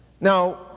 Now